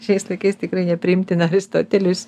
šiais laikais tikrai nepriimtiną aristotelius